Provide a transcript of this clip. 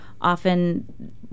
Often